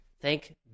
Thank